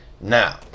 now